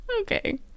Okay